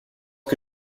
que